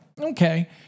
Okay